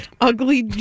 ugly